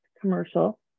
commercial